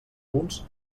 punts